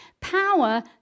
power